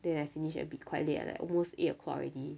then I finish it'd be quite late ah like almost eight o'clock already